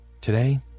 today